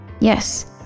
Yes